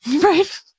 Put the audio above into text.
right